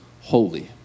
holy